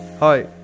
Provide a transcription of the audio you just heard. Hi